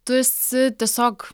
tu esi tiesiog